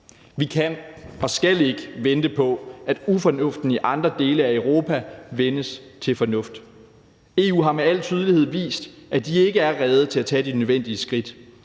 Vi kan og skal ikke vente på, at ufornuften i andre dele af Europa vendes til fornuft. EU har med al tydelighed vist, at de ikke er rede til at tage de nødvendige skridt.